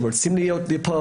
הם רוצים להיות פה,